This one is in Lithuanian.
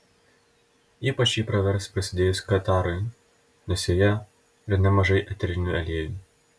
ypač ji pravers prasidėjus katarui nes joje yra nemažai eterinių aliejų